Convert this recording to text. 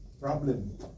problem